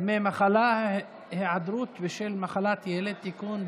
דמי מחלה (היעדרות בשל מחלת ילד) (תיקון,